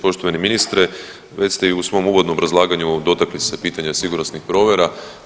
Poštovani ministre već ste i u svom uvodnom obrazlaganju dotakli se pitanja sigurnosnih provjera.